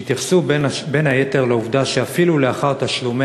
שהתייחסו בין היתר לעובדה שאפילו לאחר תשלומי